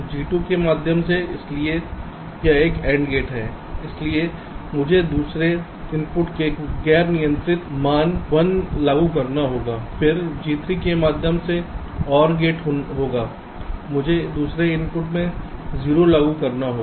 G2 के माध्यम से इसलिए यह एक AND गेट है इसलिए मुझे दूसरे इनपुट में एक गैर नियंत्रित मान 1 लागू करना होगा फिर G3 के माध्यम से OR गेट होगा मुझे दूसरे इनपुट में 0 लागू करना होगा